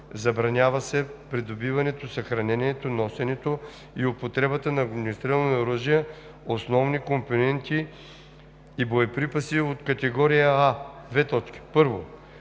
Забранява се придобиването, съхранението, носенето и употребата на огнестрелни оръжия, основни компоненти и боеприпаси от категория „А“: 1. бойни ракети